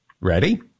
Ready